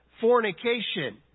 fornication